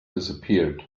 disappeared